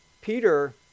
Peter